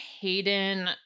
Hayden